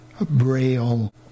braille